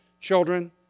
children